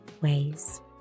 ways